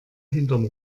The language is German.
hinterm